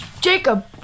Jacob